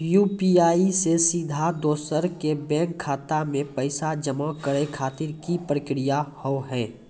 UPI से सीधा दोसर के बैंक खाता मे पैसा जमा करे खातिर की प्रक्रिया हाव हाय?